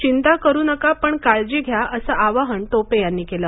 चिंता करु नका पण काळजी घ्या असं आवाहन टोपे यांनी केलं